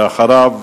ואחריו,